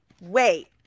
wait